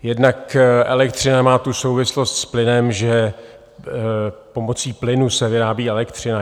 Jednak elektřina má tu souvislost s plynem, že pomocí plynu se vyrábí elektřina.